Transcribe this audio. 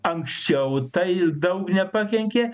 anksčiau tai daug nepakenkė